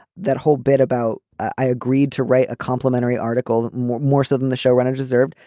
that whole bit about i agreed to write a complimentary article more more so than the show runner deserved.